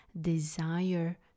desire